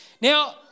now